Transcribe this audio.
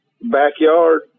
backyard